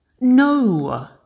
No